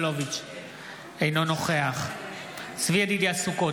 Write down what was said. אינו נוכח צבי ידידיה סוכות,